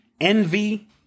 envy